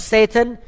Satan